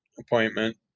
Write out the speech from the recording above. appointment